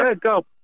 go